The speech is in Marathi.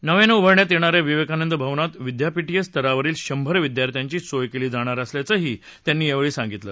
नव्याने उभारण्यात येणा या विवेकानंद भवनात विद्यापीठीय स्तरावरील शंभर विद्यार्थ्यांची सोय केली जाणार असल्याचेही त्यांनी सांगितले